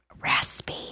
raspy